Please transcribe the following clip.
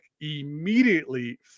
Immediately